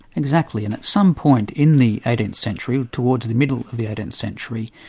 exactly. and at some point in the eighteenth century, towards the middle of the eighteenth century,